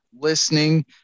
listening